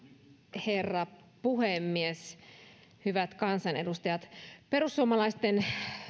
herra puhemies hyvät kansanedustajat perussuomalaisten